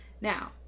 Now